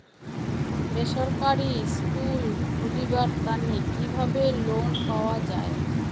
বেসরকারি স্কুল খুলিবার তানে কিভাবে লোন পাওয়া যায়?